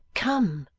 come